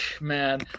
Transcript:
man